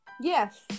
yes